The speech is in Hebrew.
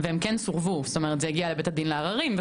הם קיבלו סירוב, זה עלה לבית הדין לערעורים.